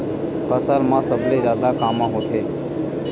फसल मा सबले जादा कामा होथे?